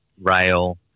rail